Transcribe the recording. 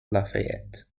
lafayette